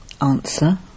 Answer